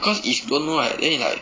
cause if don't know right then is like